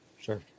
Sure